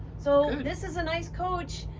so this is a nice coach.